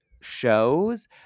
shows